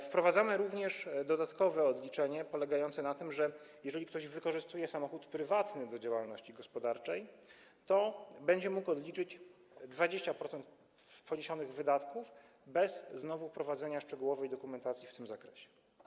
Wprowadzamy również dodatkowe odliczenie polegające na tym, że jeżeli ktoś wykorzystuje samochód prywatny w działalności gospodarczej, to będzie mógł odliczyć 20% poniesionych wydatków bez prowadzenia szczegółowej dokumentacji w tym zakresie.